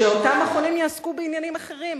שאותם מכונים יעסקו בעניינים אחרים.